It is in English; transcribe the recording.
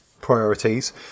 priorities